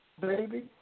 baby